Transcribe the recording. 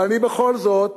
אבל אני בכל זאת